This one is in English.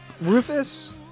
Rufus